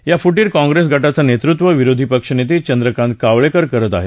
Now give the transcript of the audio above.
या फुटीर काँप्रेस गटाचं नेतृत्व विरोधी पक्षनेते चंद्रकांत कावळेकर करत आहेत